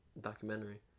Documentary